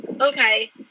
okay